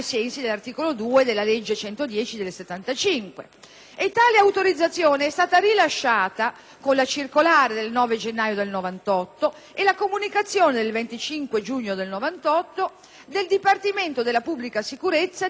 tale autorizzazione è stata rilasciata con una circolare del 9 gennaio 1998 e con la comunicazione del 25 giugno 1998, del Dipartimento della pubblica sicurezza-direzione centrale degli affari generali-divisione armi ed esplosivi,